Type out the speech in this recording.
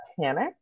panic